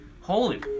Holy